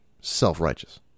self-righteous